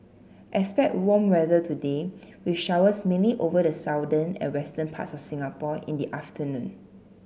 expect warm weather today with showers mainly over the southern and western parts of Singapore in the afternoon